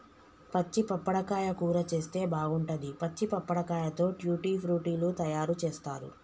పచ్చి పప్పడకాయ కూర చేస్తే బాగుంటది, పచ్చి పప్పడకాయతో ట్యూటీ ఫ్రూటీ లు తయారు చేస్తారు